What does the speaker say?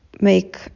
make